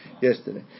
yesterday